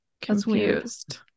confused